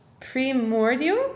Primordial